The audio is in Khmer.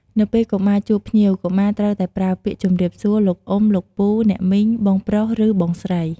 នៅពេលកុមារជួបភ្ញៀវ កុមារត្រូវតែប្រើពាក្យ ជម្រាបសួរ លោកអ៊ុំ លោកពូ អ្នកមីង បងប្រុសឬបងស្រី។